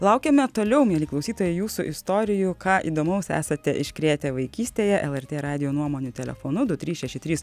laukiame toliau mieli klausytojai jūsų istorijų ką įdomaus esate iškrėtę vaikystėje lrt radijo nuomonių telefonu du trys šeši trys